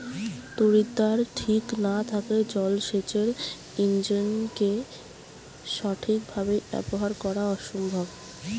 তড়িৎদ্বার ঠিক না থাকলে জল সেচের ইণ্জিনকে সঠিক ভাবে ব্যবহার করা অসম্ভব